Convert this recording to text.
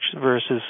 versus